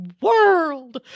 world